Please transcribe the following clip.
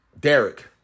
Derek